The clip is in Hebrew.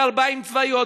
גרביים צבאיים,